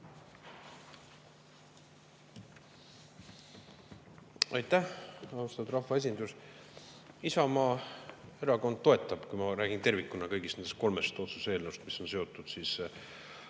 Aitäh! Austatud rahvaesindus! Isamaa Erakond toetab, kui ma räägin tervikuna kõigist nendest kolmest otsuse eelnõust, mis on seotud Ukraina